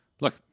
look